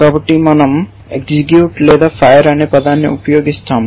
కాబట్టి మనం ఎగ్జిక్యూట్ లేదా ఫైర్ అనే పదాన్ని ఉపయోగిస్తాము